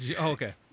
Okay